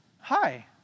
hi